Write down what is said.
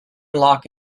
lock